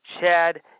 Chad